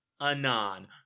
anon